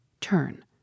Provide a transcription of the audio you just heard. Turn